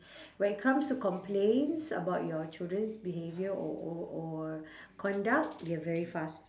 when it comes to complaints about your children's behaviour or or or conduct they're very fast